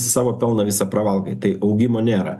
savo pelną visą pravalgai tai augimo nėra